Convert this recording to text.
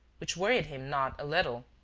which worried him not a little